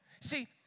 See